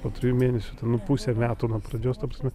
po trijų mėnesių ten nu pusę metų nuo pradžios ta prasme